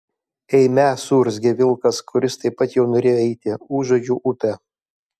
eime suurzgė vilkas kuris taip pat jau norėjo eiti užuodžiu upę